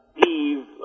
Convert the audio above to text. Steve